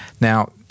Now